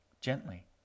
Gently